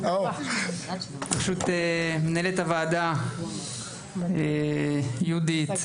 ברשות מנהלת הוועדה יהודית,